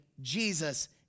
Jesus